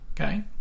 okay